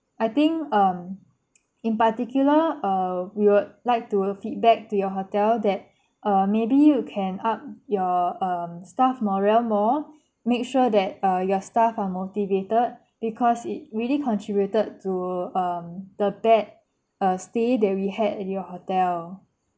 I think um in particular err we would like to feedback to your hotel that err maybe you can up your um staff morale more make sure that uh your staff are motivated because it really contributed to um the bad err stay that we had at your hotel